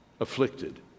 afflicted